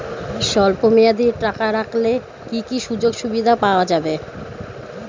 স্বল্পমেয়াদী টাকা রাখলে কি কি সুযোগ সুবিধা পাওয়া যাবে?